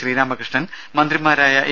ശ്രീരാമകൃഷ്ണൻ മന്ത്രിമാരായ എ